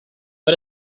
but